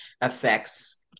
affects